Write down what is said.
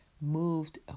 moved